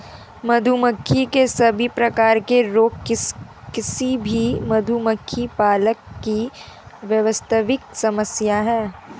मधुमक्खी के सभी प्रकार के रोग किसी भी मधुमक्खी पालक की वास्तविक समस्या है